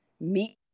meet